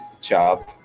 job